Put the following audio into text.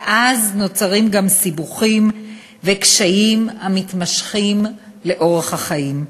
ואז נוצרים גם סיבוכים וקשיים המתמשכים לאורך החיים.